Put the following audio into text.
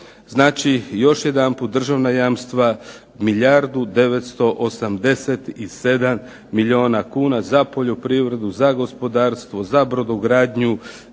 Znači, još jedanput državna jamstva u iznosu od milijardu 987 milijuna kuna za poljoprivredu, za gospodarstvo, za brodogradnju,